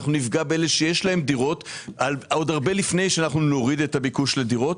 אנחנו נפגע באלה שיש להם דירות עוד הרבה לפני שנוריד את הביקוש לדירות.